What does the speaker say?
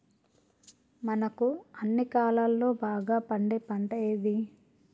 మనకు అన్ని కాలాల్లో బాగా పండే పంట ఏది?